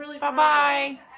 Bye-bye